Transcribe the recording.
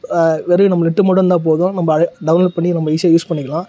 வெறும் நம்ம நெட்டு மட்டும் இருந்தால் போதும் நம்ம அதை டவுன்லோட் பண்ணி ரொம்ப ஈஸியாக யூஸ் பண்ணிக்கலாம்